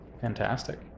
Fantastic